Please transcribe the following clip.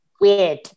weird